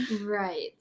Right